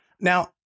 Now